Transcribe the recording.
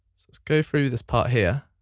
so let's go through this part here.